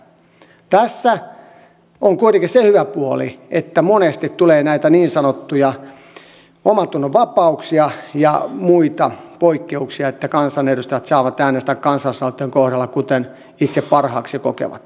tässä on kuitenkin se hyvä puoli että monesti tulee näitä niin sanottuja omantunnonvapauksia ja muita poikkeuksia että kansanedustajat saavat äänestää kansalaisaloitteen kohdalla kuten itse parhaaksi kokevat